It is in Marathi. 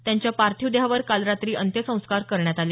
त्यांच्या पार्थिव देहावर काल रात्री अंत्यसंस्कार करण्यात आले